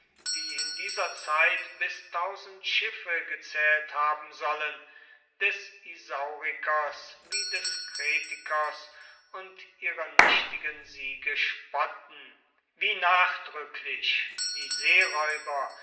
die in dieser zeit bis schiffe gezählt haben sollen des isaurikers wie des kretikers und ihrer nichtigen siege spotten wie nachdrücklich die seeräuber